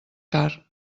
car